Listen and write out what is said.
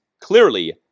clearly